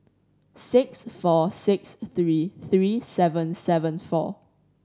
six four six three three seven seven four